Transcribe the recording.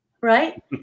Right